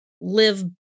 live